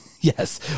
Yes